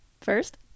first